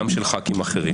גם של חברי כנסת אחרים.